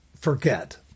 forget